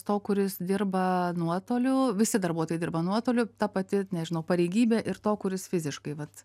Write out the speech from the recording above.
to kuris dirba nuotoliu visi darbuotojai dirba nuotoliu ta pati nežinau pareigybė ir to kuris fiziškai vat